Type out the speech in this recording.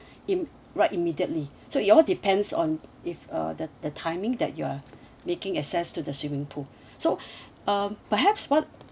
in right immediately so you all depends on if uh the the timing that you are making access to the swimming pool so um perhaps what